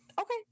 Okay